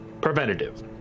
preventative